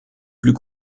plus